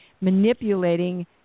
manipulating